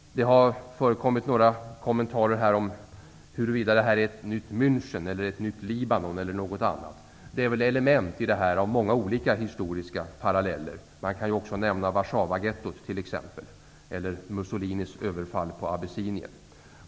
Det har förekommit kommentarer om huruvida detta är ett nytt München, ett nytt Libanon eller något annat. Det finns element i det här av många olika historiska paralleller. Man kan också nämna Abessinien.